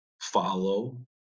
follow